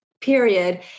Period